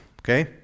okay